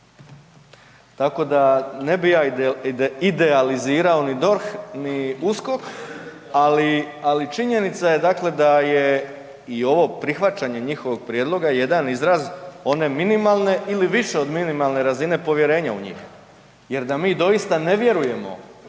Tako da ne bi ja idealizirao ni DORH, ni USKOK, ali činjenica je dakle da je i ovo prihvaćanje njihovog prijedloga jedan izraz one minimalne ili više od minimalne razine povjerenja u njih. Jer da mi doista ne vjerujemo